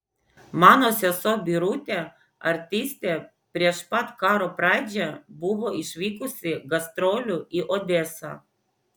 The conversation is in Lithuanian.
mano sesuo birutė artistė prieš pat karo pradžią buvo išvykusi gastrolių į odesą